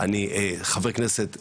אני חבר כנסת טרי,